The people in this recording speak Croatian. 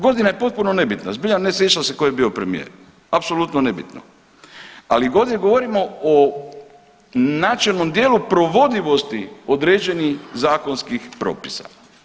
Godina je potpuno nebitna, zbilja ne sjećam se tko je bio premijer, apsolutno nebitno, ali ovdje govorimo o načelnom dijelu provodljivosti određenih zakonskih propisa.